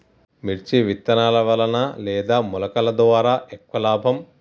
మిర్చి విత్తనాల వలన లేదా మొలకల ద్వారా ఎక్కువ లాభం?